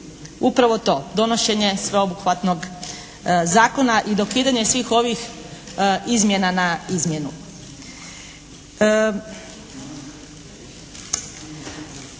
upravo to. Donošenje sveobuhvatnog zakona i dokidanje svih ovih izmjena na izmjenu.